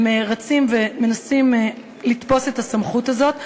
הם רצים ומנסים לתפוס את הסמכות הזאת.